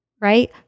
right